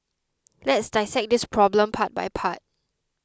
let's dissect this problem part by part